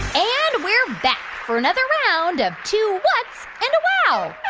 and we're back for another round of two whats? and a wow!